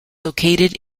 located